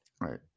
Right